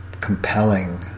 compelling